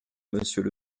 monsieur